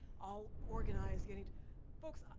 all organized. folks,